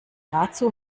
dazu